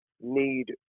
need